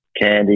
candy